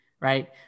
right